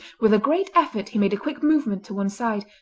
with a great effort he made a quick movement to one side,